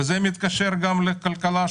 וזה מתקשר גם לכלכלה השחורה.